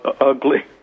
ugly